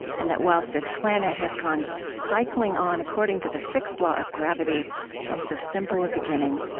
and that whilst this planet has gone cycling on according to the fixed law of gravity from so simple a beginning,